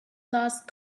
last